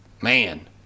man